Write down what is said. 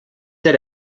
that